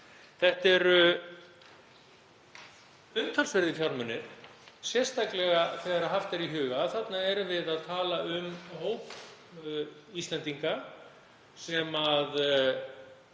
Þetta eru umtalsverðir fjármunir, sérstaklega þegar haft er í huga að þarna erum við að tala um hóp Íslendinga sem